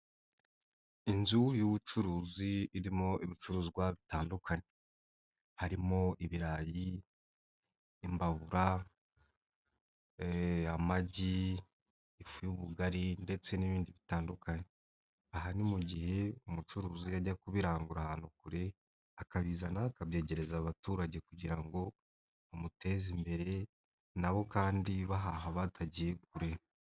Inzu y'ubucuruzi irimo ibicuruzwa bitandukanye, harimo ibirayi, imbabura, amagi, ifu y'ubugari ndetse n'ibindi bitandukanye. Aha ni mu gihe umucuruzi yajya kubirangura ahantu kure, akabizana akabyegereza abaturage kugira ngo bamuteze imbere nabo kandi bahaha batagiye kure.